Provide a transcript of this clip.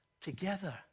together